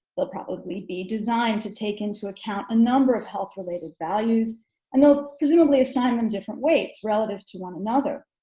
but probably be designed to take into account a number of health-related values and they'll presumably assign them different weights relative to one another.